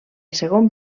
segon